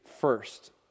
first